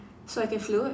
so I can float